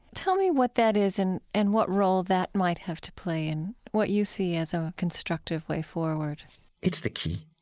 tell me what that is and what role that might have to play in what you see as a constructive way forward it's the key.